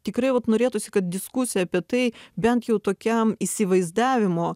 tikrai vat norėtųsi kad diskusija apie tai bent jau tokiam įsivaizdavimo